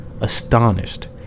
Astonished